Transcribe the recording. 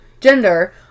gender